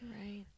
right